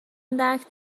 درک